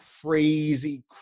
crazy